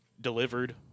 delivered